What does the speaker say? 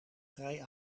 vrij